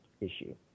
issue